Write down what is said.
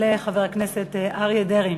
יעלה חבר הכנסת אריה דרעי.